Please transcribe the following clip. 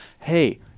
hey